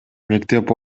мектеп